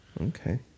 Okay